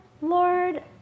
Lord